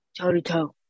toe-to-toe